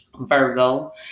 Virgo